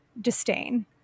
disdain